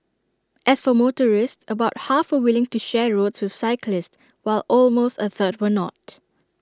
as for motorists about half were willing to share roads with cyclists while almost A third were not